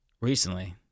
Recently